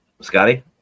Scotty